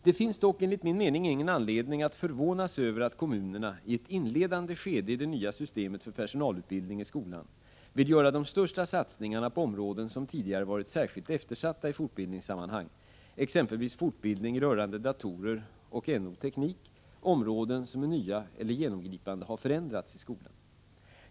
Det finns dock enligt min mening ingen anledning att förvånas över att kommunerna i ett inledande skede i det nya systemet för personalutbildning i skolan vill göra de största satsningarna på områden som tidigare varit särskilt eftersatta i fortbildningssammanhang, exempelvis fortbildning rörande datorer och NO/teknik, områden som är nya eller genomgripande har förändrats i skolan.